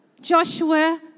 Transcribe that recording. Joshua